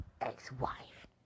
ex-wife